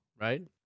right